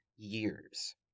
years